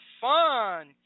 fun